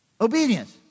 obedience